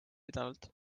pidevalt